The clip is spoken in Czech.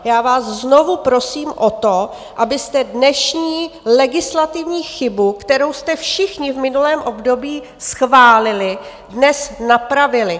Já vás znovu prosím o to, abyste dnešní legislativní chybu, kterou jste všichni v minulém období schválili, dnes napravili.